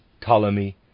Ptolemy